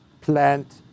plant